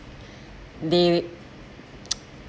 they